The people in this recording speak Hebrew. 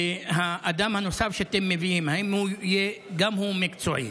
האדם הנוסף שאתם מביאים, האם גם הוא יהיה מקצועי?